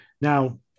now